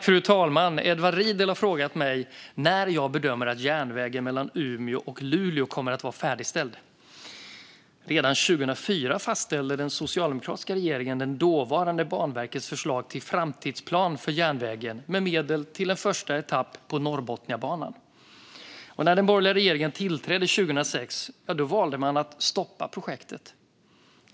Fru talman! Edward Riedl har frågat mig när jag bedömer att järnvägen mellan Umeå och Luleå kommer att vara färdigställd. Redan 2004 fastställde den socialdemokratiska regeringen det dåvarande Banverkets förslag till framtidsplan för järnvägen med medel till en första etapp på Norrbotniabanan. När den borgerliga regeringen tillträdde 2006 valde man att stoppa projektet.